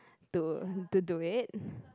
to to do it